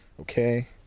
Okay